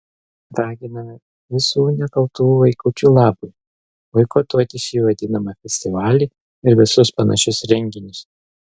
raginame visų nekaltų vaikučių labui boikotuoti šį vadinamą festivalį ir visus panašius renginius